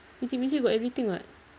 YouTube music got everything [what]